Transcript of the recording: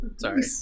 Sorry